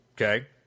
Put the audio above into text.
Okay